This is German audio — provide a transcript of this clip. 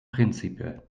príncipe